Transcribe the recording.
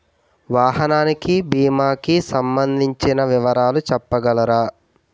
వాహనానికి భీమా కి సంబందించిన వివరాలు చెప్పగలరా?